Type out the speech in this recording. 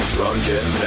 Drunken